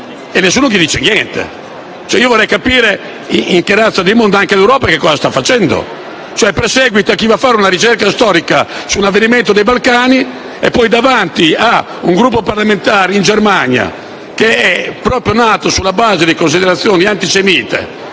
e nessuno dice niente. Vorrei capire in che razza di mondo viviamo e l'Europa che cosa sta facendo: perseguita chi va a fare una ricerca storica su un avvenimento dei Balcani e poi non dice nulla davanti a un Gruppo parlamentare in Germania, nato proprio sulla base di considerazioni antisemite